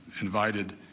invited